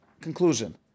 conclusion